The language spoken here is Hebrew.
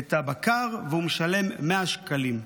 את הבקר והוא משלם 100 שקלים.